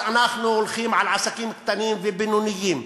אז אנחנו הולכים על עסקים קטנים ובינוניים,